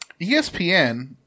ESPN